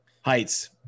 heights